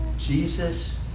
Jesus